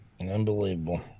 Unbelievable